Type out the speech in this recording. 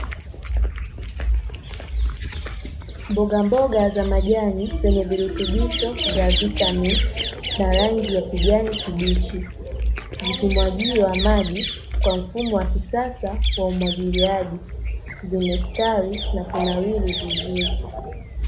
Mbogamboga za majani zenye virutubisho za vitamini na rangi ya kijani kibichi, vikimwagiwa maji kwa mfumo wa kisasa wa umwagiliaji zimestawi na kunawiri vizuri.